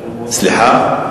סליחה?